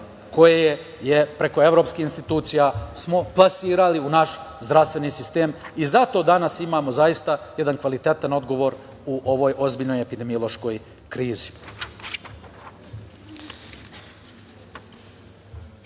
koje smo preko evropskih institucija plasirali u naš zdravstveni sistem i zato danas imamo kvalitetan odgovor u ovoj ozbiljnoj epidemiološkoj krizi. Želim